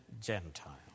Gentile